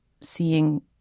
seeing